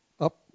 up